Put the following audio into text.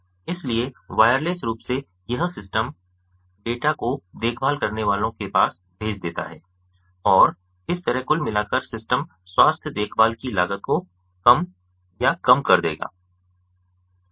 इसलिए वायरलेस रूप से यह सिस्टम डेटा को देखभाल करने वालों के पास भेज देता है और इस तरह कुल मिलाकर सिस्टम स्वास्थ्य देखभाल की लागत को कम या कम कर देगा